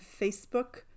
Facebook